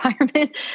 environment